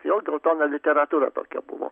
jau geltona literatūra tokia buvo